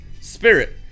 spirit